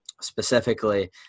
Specifically